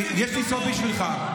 יש לי סוד בשבילך,